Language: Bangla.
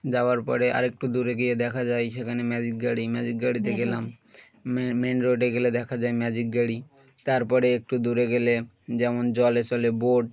যাওয়ার পরে আর একটু দূরে গিয়ে দেখা যায় সেখানে ম্যাজিক গাড়ি ম্যাজিক গাড়ি থেকে দেখলাম ম মেন রোডে গেলে দেখা যায় ম্যাজিক গাড়ি তারপরে একটু দূরে গেলে যেমন জলে চলে বোট